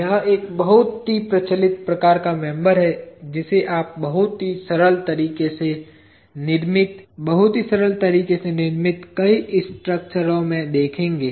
यह एक बहुत ही प्रचलित प्रकार का मेंबर है जिसे आप बहुत ही सरल तरीके से निर्मित बहुत ही सरल तरीके से निर्मित कई स्ट्रक्चरो में देखेंगे